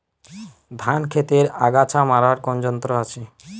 ধান ক্ষেতের আগাছা মারার কোন যন্ত্র আছে?